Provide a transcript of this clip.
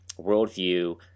worldview